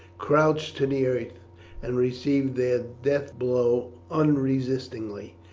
crouched to the earth and received their death blow unresistingly.